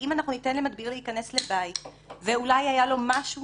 אם ניתן למדביר, שאולי היה לו משהו